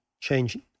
changing